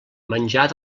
menjar